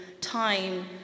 time